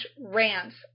Rants